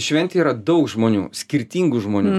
šventėj yra daug žmonių skirtingų žmonių